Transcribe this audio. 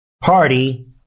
party